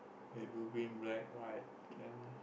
red blue green black white okay